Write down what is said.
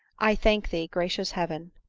i thank thee, gracious heaven!